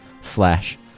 slash